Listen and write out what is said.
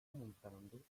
montando